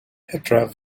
petrov